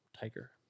tiger